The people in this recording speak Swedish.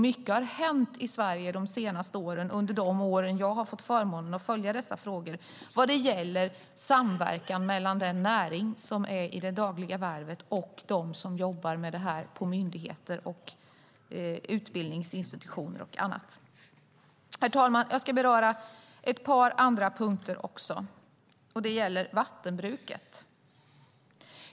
Mycket har hänt i Sverige de år jag har fått förmånen att följa dessa frågor vad gäller samverkan mellan den näring som är i det dagliga värvet och dem som jobbar med det här på myndigheter, utbildningsinstitutioner och annat. Herr talman! Jag ska beröra ett par andra punkter också. Det gäller vattenbruket.